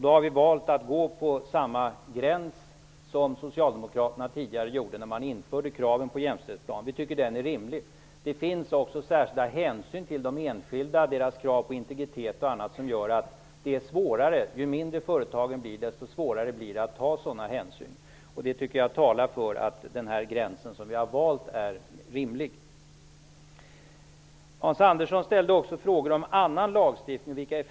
Vi har valt att gå på samma gräns som socialdemokraterna tidigare gjorde när kraven på jämställdhetsplan infördes. Vi tycker att den är rimlig. Det finns också särskilda hänsyn till enskilda, deras krav på integritet osv., som gör att ju mindre företagen är desto svårare blir det att ta dessa hänsyn. Jag tycker att det talar för att den gräns vi har valt är rimlig. Hans Andersson ställde också frågor om vilka effekter annan lagstiftning kan ha.